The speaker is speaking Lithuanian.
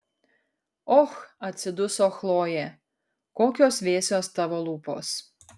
och atsiduso chlojė kokios vėsios tavo lūpos